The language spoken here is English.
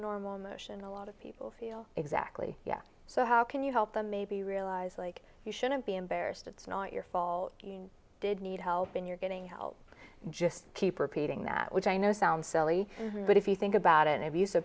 emotion a lot of people feel exactly yeah so how can you help them maybe realize like you shouldn't be embarrassed it's not your fault you did need help and you're getting help just keep repeating that which i know sounds silly but if you think about it